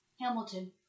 Hamilton